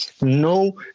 No